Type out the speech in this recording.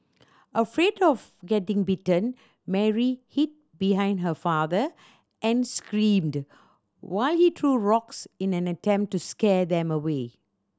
afraid of getting bitten Mary hid behind her father and screamed while he threw rocks in an attempt to scare them away